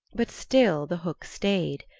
but still the hook stayed.